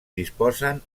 disposen